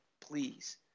please